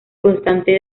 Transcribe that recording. constante